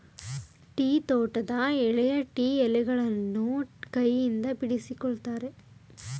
tea ತೋಟದ ಎಳೆಯ tea ಎಲೆಗಳನ್ನು ಕೈಯಿಂದ ಬಿಡಿಸಿಕೊಳ್ಳುತ್ತಾರೆ